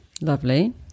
lovely